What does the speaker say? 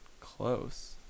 close